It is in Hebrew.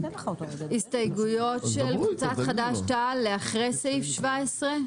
יש הסתייגויות של קבוצת חד"ש-תע"ל לאחרי סעיף 17?